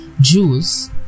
jews